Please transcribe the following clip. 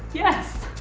yes.